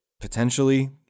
potentially